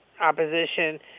opposition